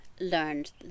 learned